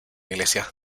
iglesia